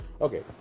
Okay